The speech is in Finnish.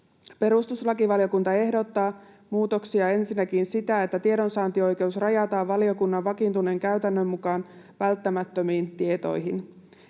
Perustuslakivaliokunta ehdottaa muutoksia, ensinnäkin sitä, että tiedonsaantioikeus rajataan valiokunnan vakiintuneen käytännön mukaan välttämättömiin tietoihin.